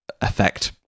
effect